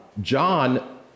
John